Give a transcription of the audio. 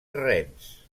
rennes